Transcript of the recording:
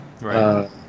Right